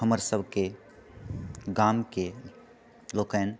हमर सभके गामके लोकनि